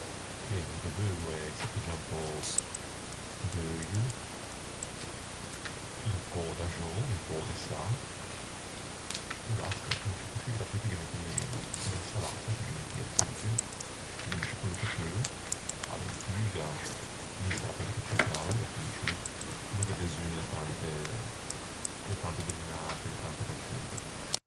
Ben, no ghe veu guæi! Se piggia un pö d'euio, un pö d'axou, un pö de sa... E basta, e a finisce coscì. E dapeu ti ghe metti l'insalatta, ti ghe metti e feugge, ti ghe metti quello che t'eu, a leituga... l'insalatta che t'é ciù cao e a finisce lì. No gh'é beseugno de tante, de tante bellinate, de tanti pacciughi.